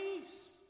peace